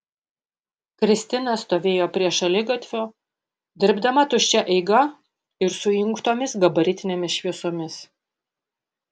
kristina stovėjo prie šaligatvio dirbdama tuščia eiga ir su įjungtomis gabaritinėmis šviesomis